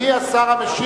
רבותי,